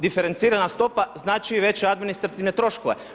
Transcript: Diferencirana stopa znači i veće administrativne troškove.